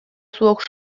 zuok